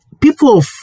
people